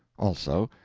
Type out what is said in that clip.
also,